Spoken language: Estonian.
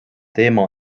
teema